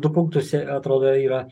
du punktus atrodo yra